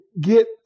get